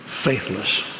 Faithless